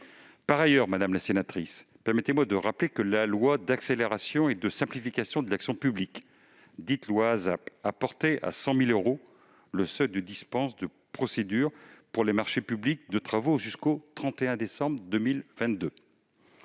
Par ailleurs, madame la sénatrice, permettez-moi de rappeler que la loi d'accélération et de simplification de l'action publique, dite ASAP, a déjà porté à 100 000 euros le seuil de dispense de procédure pour les marchés publics de travaux jusqu'au 31 décembre 2022.